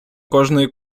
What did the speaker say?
кожної